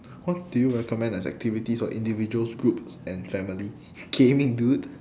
what do you recommend as activities for individuals groups and family gaming dude